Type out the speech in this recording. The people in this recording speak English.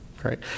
right